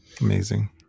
amazing